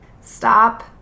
Stop